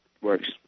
works